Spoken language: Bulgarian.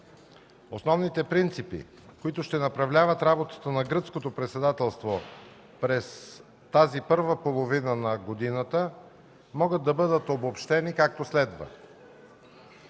Основните принципи, които ще направляват работата на Гръцкото председателство през тази първа половина на годината, могат да бъдат обобщени, както следва: